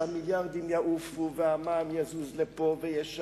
שהמיליארדים יעופו והמע"מ יזוז לפה ויהיה שם,